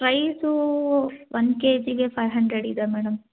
price ಒಂದು ಕೆಜಿಗೆ five hundred ಇದೆ ಮೇಡಮ್